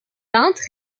peintre